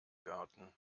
garten